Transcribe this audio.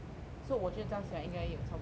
so 我觉得加起来应该有差不多